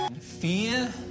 Fear